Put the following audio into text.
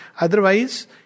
Otherwise